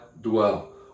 dwell